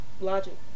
Logic